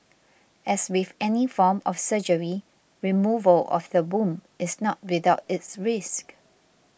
as with any form of surgery removal of the womb is not without its risks